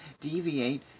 deviate